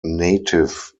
native